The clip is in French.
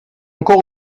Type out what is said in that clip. encore